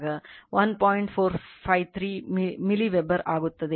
453 milliweber ಆಗುತ್ತದೆ